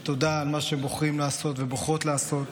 תודה על מה שבוחרים לעשות ובוחרות לעשות.